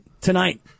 tonight